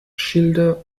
schilde